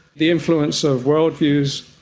the influence of worldviews,